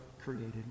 created